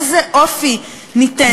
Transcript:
איזה אופי ניתן לה.